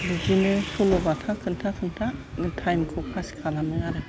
बिदिनो सल'बाथा खिन्था खिन्था टाइमखौ फास खालामो आरो